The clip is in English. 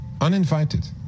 uninvited